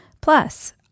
Plus